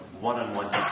one-on-one